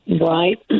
Right